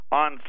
on